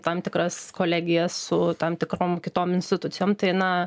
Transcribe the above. tam tikras kolegijas su tam tikrom kitom institucijom tai na